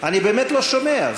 אני באמת לא שומע.